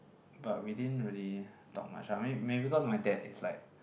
but we didn't really talk much ah may may because my dad is like